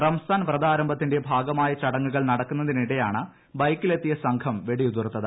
റംസാൻ വ്രതാരംഭത്തിന്റെ ഭാഗമായ ചടങ്ങുകള്ള നട്ടക്കുന്നതിനിടെയാണ് ബൈക്കിൽ എത്തിയ സംഘം വെട്ടിയുതിർത്തത്